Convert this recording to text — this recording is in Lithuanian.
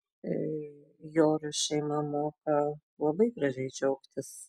jorio šeima moka labai gražiai džiaugtis